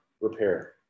repair